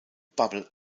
bubble